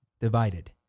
divided